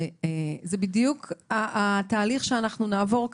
זה בדיוק התהליך שנעבור פה.